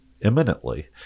imminently